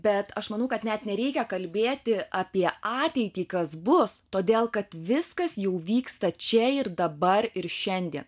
bet aš manau kad net nereikia kalbėti apie ateitį kas bus todėl kad viskas jau vyksta čia ir dabar ir šiandie